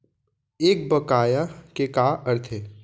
एक बकाया के का अर्थ हे?